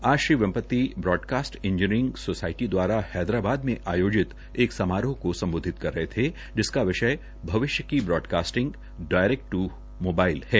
आज Shri Vempati broadcast engineering society दवारा हैदराबाद में आयोजित एक समारोह को सम्बोधित कर रहे थे जिसका विषय भविष्य की ब्राडकास्टिंग डायरेक्टर टू मोबाइल है